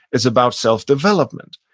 it's about self-development.